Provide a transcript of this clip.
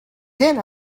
then